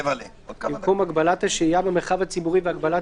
במקום "(הגבלת השהייה במרחב הציבורי והגבלת